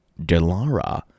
Delara